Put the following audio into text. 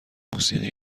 موسیقی